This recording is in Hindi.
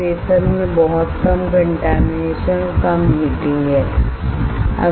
वेफर में बहुत कम कॉन्टेमिनेशन और कम हीटिंगहै